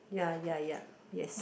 ya ya ya yes